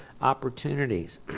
opportunities